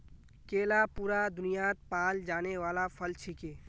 केला पूरा दुन्यात पाल जाने वाला फल छिके